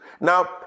Now